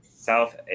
South